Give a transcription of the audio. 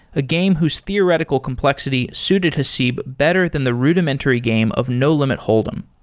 a game whose theoretical complexity suited haseeb better than the rudimentary game of no limit hold em.